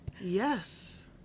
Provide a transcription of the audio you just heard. Yes